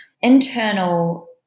internal